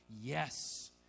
Yes